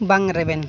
ᱵᱟᱝ ᱨᱮᱵᱮᱱ